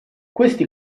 questi